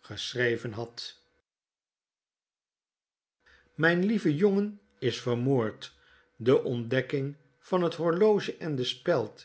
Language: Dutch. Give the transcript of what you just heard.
geschreven had mijn lieve jongen is vermoord de ontdekking van het horloge en de